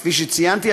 כפי שציינתי,